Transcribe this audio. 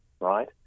right